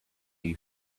you